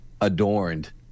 adorned